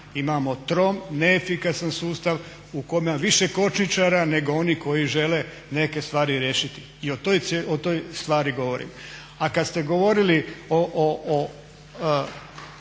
Imamo trom, neefikasan sustav u kome ima više kočničara nego onih koji žele neke stvari riješiti i o toj stvari govorim. A kad ste govorili o